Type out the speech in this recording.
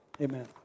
Amen